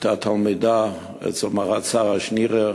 הייתה תלמידה אצל מרת שרה שנירר,